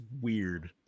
weird